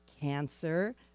Cancer